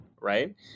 right